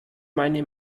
meine